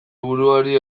buruari